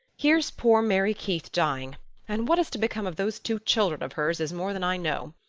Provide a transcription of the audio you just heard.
here's poor mary keith dying and what is to become of those two children of hers is more than i know.